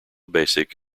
basic